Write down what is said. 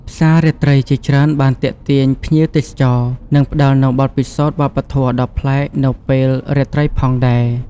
ផ្សាររាត្រីជាច្រើនបានទាក់ទាញភ្ញៀវទេសចរ និងផ្ដល់នូវបទពិសោធន៍វប្បធម៌ដ៏ប្លែកនៅពេលរាត្រីផងដែរ។